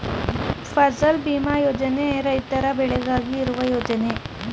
ಫಸಲ್ ಭೀಮಾ ಯೋಜನೆ ರೈತರ ಬೆಳೆಗಾಗಿ ಇರುವ ಯೋಜನೆ